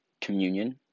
communion